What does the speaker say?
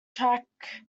track